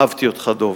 אהבתי אותך, דב.